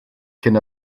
cyn